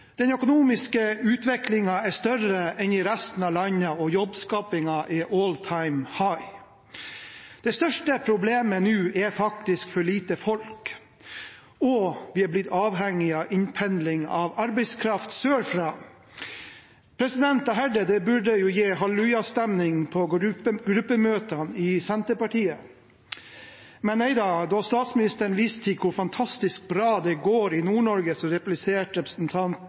Den økonomiske utviklingen er større enn i resten av landet, og jobbskapingen er «all-time high». Det største problemet nå er for lite folk, og vi er blitt avhengige av innpendling av arbeidskraft sørfra. Dette burde jo gi hallelujastemning på gruppemøtene i Senterpartiet. Men nei da, da statsministeren viste til hvor fantastisk bra det går i Nord-Norge, repliserte representanten